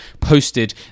posted